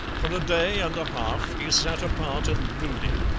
for a day and a half he sat apart and brooded,